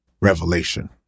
revelation